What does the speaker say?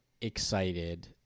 excited